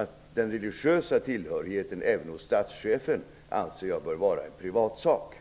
att jag anser att även statschefens religiösa tillhörighet bör vara en privatsak.